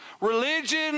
Religion